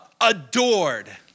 adored